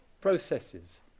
processes